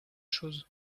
chose